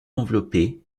enveloppée